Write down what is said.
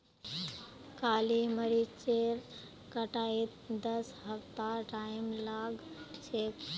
काली मरीचेर कटाईत दस हफ्तार टाइम लाग छेक